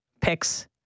picks